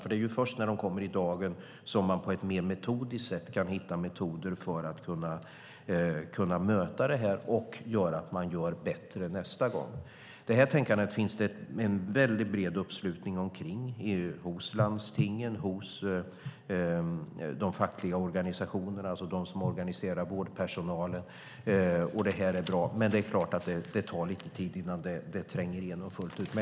Det är först när dessa kommer i dagen som man på ett mer metodiskt sätt kan hitta medel för att avhjälpa dem och göra bättre nästa gång. Det här tänkandet finns det en väldigt bred uppslutning omkring hos landstingen och hos de fackliga organisationer som organiserar vårdpersonalen. Det är bra, men det tar lite tid innan det tränger igenom fullt ut.